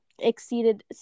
exceeded